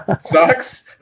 Sucks